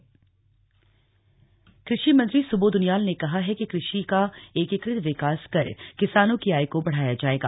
मंत्री दौरा कृषि मंत्री सुबोध उनियाल ने कहा है कि कृषि का एकीकृत विकास कर किसानों की आय को बढ़ाया जाएगा